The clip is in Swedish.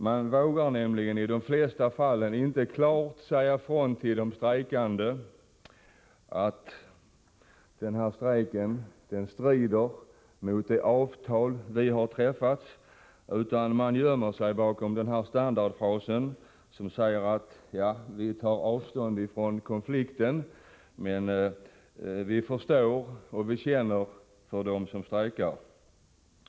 De vågar nämligen i de flesta fall inte klart säga ifrån till de strejkande att deras strejk strider mot det avtal som är träffat, utan de gömmer sig bakom standardfrasen: Vi tar avstånd från konflikten, men förstår och känner för dem som strejkar.